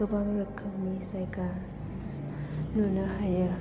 गोबां रोखोमनि जायगा नुनो हायो